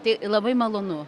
tai labai malonu